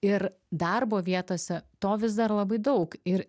ir darbo vietose to vis dar labai daug ir